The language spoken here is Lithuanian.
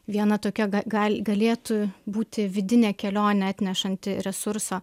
viena tokia ga gal galėtų būti vidinė kelionė atnešanti resurso